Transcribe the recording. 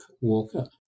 Walker